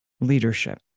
leadership